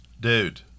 Dude